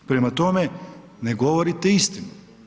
Prema tome, ne govorite istinu.